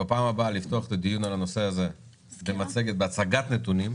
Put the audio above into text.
בפעם הבאה לפתוח את הדיון על הנושא הזה בהצגת נתונים.